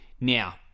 now